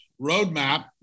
roadmap